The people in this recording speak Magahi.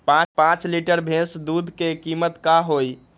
पाँच लीटर भेस दूध के कीमत का होई?